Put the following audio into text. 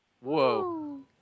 Whoa